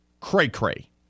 cray-cray